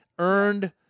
Earned